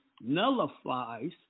nullifies